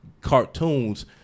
cartoons